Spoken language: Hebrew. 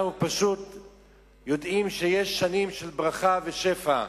אנחנו יודעים שיש שנים של ברכה ושפע,